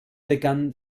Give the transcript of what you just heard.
begann